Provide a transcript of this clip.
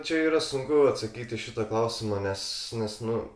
čia yra sunku atsakyti į šitą klausimą nes nes nu